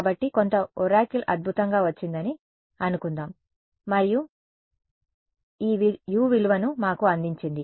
కాబట్టి కొంత ఒరాకిల్ అద్భుతంగా వచ్చిందని అనుకుందాం మరియు యొక్క ఈ U విలువను మాకు అందించింది